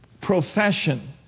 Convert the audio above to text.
profession